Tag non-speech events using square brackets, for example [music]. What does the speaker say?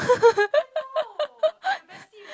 [laughs]